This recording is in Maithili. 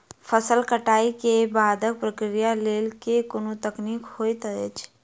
फसल कटाई केँ बादक प्रक्रिया लेल केँ कुन तकनीकी होइत अछि?